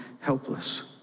helpless